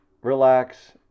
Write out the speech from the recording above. relax